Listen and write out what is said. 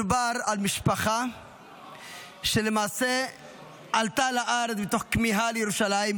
מדובר על משפחה שלמעשה עלתה לארץ מתוך כמיהה לירושלים,